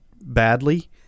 badly